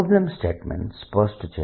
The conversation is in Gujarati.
પ્રોબ્લમ સ્ટેટમેન્ટ સ્પષ્ટ છે